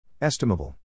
Estimable